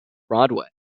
broadway